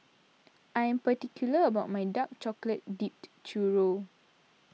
I am particular about my Dark Chocolate Dipped Churro